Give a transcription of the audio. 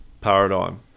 paradigm